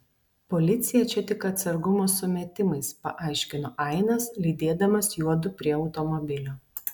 policija čia tik atsargumo sumetimais paaiškino ainas lydėdamas juodu prie automobilio